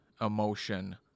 emotion